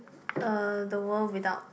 uh the world without